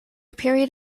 period